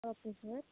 okay sir